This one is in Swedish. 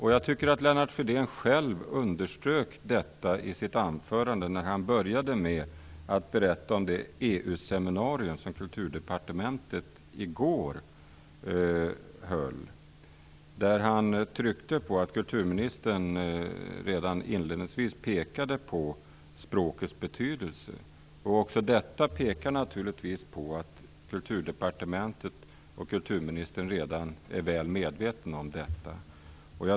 Lennart Fridén underströk själv detta i sitt anförande när han berättade om det EU-seminarium som Kulturdepartementet i går höll och talade om att kulturministern inledningsvis pekade på språkets betydelse. Det visar att Kulturdepartementet och kulturministern är väl medvetna om detta.